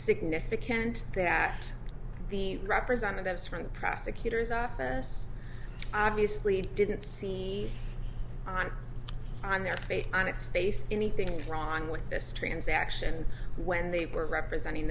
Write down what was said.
significant that the representatives from the prosecutor's office obviously didn't see on on their face on its face anything wrong with this transaction when they were representing